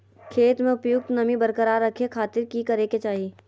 खेत में उपयुक्त नमी बरकरार रखे खातिर की करे के चाही?